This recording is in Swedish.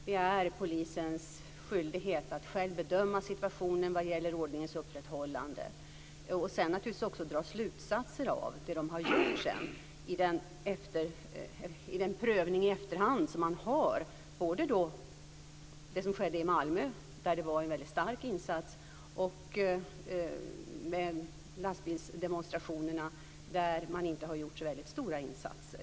Det är polisens skyldighet att själv bedöma situationen vad gäller ordningens upprätthållande, och sedan naturligtvis också att dra slutsatser av vad man har gjort i den prövning i efterhand som sker. Det gäller både det som skedde i Malmö, där det var en väldigt stark insats, och lastbilsdemonstrationerna, där man inte har gjort så stora insatser.